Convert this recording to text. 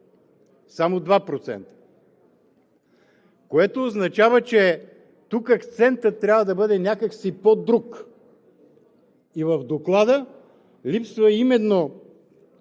Само 2%, което означава, че тук акцентът трябва да бъде някак си по-друг. В Доклада липсва именно